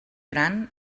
gran